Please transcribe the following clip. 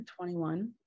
21